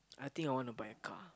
I think I wanna buy a car